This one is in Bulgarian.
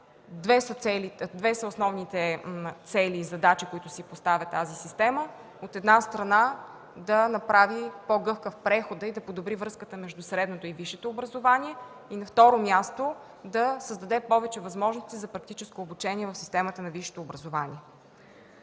Две са основните цели и задачи, които си поставя тази система: от една страна, да направи по-гъвкав прехода и да подобри връзката между средното и висшето образование, и, на второ място, да създаде повече възможности за практическо обучение в системата на висшето образование.